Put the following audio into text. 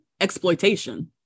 exploitation